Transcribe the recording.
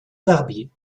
barbier